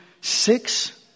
six